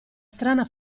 strana